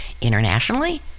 internationally